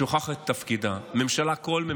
שוכחת את תפקידה.